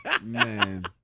Man